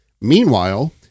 Meanwhile